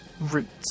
roots